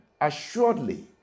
assuredly